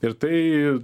ir tai